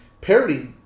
parody